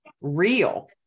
real